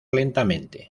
lentamente